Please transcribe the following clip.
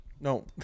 No